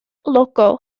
logo